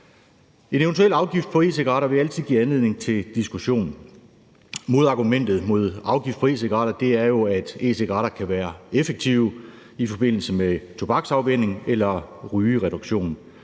En eventuel afgift på e-cigaretter vil altid give anledning til diskussion. Modargumentet mod afgifter på e-cigaretter er jo, at e-cigaretter kan være effektive i forbindelse med tobaksafvænning eller rygereduktion,